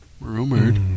rumored